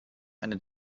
einer